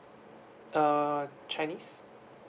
uh chinese